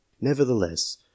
Nevertheless